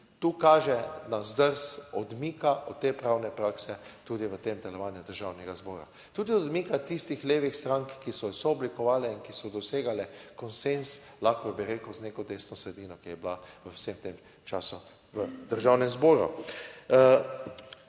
Tu kaže na zdrs odmika od te pravne prakse tudi v tem delovanju Državnega zbora, tudi odmika tistih levih strank, ki so sooblikovale in ki so dosegali konsenz, lahko bi rekel, z neko desno sredino, ki je bila v vsem tem času v Državnem zboru.